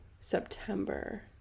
September